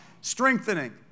strengthening